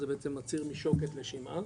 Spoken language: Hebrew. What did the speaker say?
זה בעצם הציר משוקת לשימעם